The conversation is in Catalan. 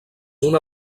una